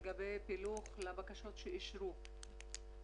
עיכוב התשלומים שזה נושא שצריך לפתור אותו